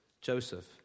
Joseph